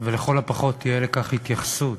ולכל הפחות תהיה לכך התייחסות,